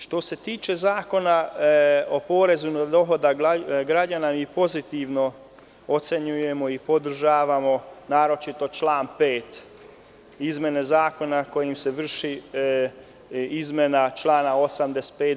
Što se tiče Zakona o porezu na dohodak građana, mi pozitivno ocenjujemo i podržavamo, a naročito član 5, izmene Zakona kojima se vrši izmena člana 85.